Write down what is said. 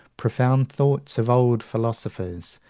profound thoughts of old philosophers,